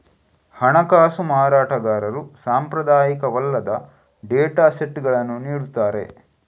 ಹಣಕಾಸು ಮಾರಾಟಗಾರರು ಸಾಂಪ್ರದಾಯಿಕವಲ್ಲದ ಡೇಟಾ ಸೆಟ್ಗಳನ್ನು ನೀಡುತ್ತಾರೆ